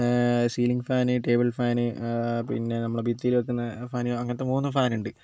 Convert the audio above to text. ceiling fan table fan പിന്നെ നമ്മൾ ഭിത്തിയിൽ വയ്ക്കുന്ന ഫാൻ അങ്ങനത്തെ മൂന്ന് ഫാൻ ഉണ്ട്